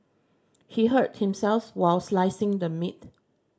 he hurt himself while slicing the meat